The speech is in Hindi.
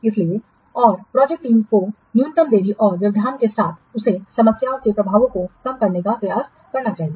इसलिए और प्रोजेक्ट टीम को न्यूनतम देरी और व्यवधान के साथ उसे समस्या के प्रभावों को कम करने का प्रयास करना चाहिए